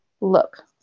Look